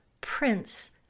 Prince